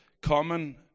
common